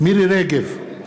מירי רגב,